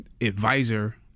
advisor